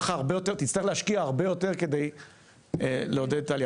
תצטרך להשקיע הרבה יותר כדי לעודד את העלייה,